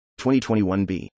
2021b